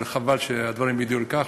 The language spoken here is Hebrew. אבל חבל שהדברים הגיעו לידי כך.